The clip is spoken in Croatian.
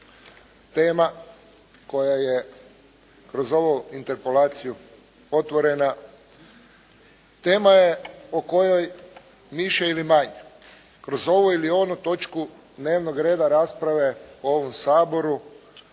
tema koja je kroz ovu interpelaciju otvorena, tema je o kojoj više ili manje, kroz ovu ili onu točku dnevnog reda rasprave u ovom Saboru,